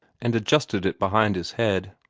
and adjusted it behind his head.